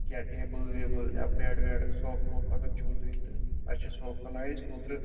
کیٚنہہ ٹیبٕل ویبٕل یا بٮ۪ڈ وٮ۪ڈ صوفہٕ ووفہٕ اگر چھُو تۄہہِ تہٕ اَسہِ چھِ صوفہٕ بنٲے اَسہِ اوترٕ